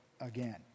again